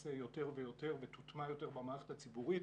תיעשה יותר ויותר ותוטמע יותר במערכת הציבורית.